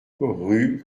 rue